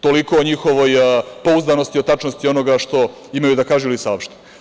Toliko o njihovoj pouzdanosti o tačnosti onoga što imaju da kažu ili saopšte.